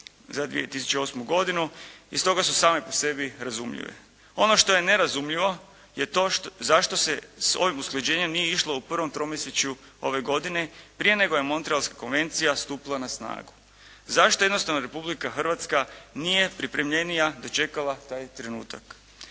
za 2008. godinu i stoga su same po sebi razumljive. Ono što je nerazumljivo je to zašto se s ovim usklađenjem nije išlo u prvom tromjesječju ove godine prije nego je Montrealska konvencija stupila na snagu. Zašto jednostavno Republika Hrvatska nije pripremljenija dočekala taj trenutak?